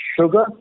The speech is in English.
sugar